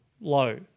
low